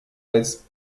als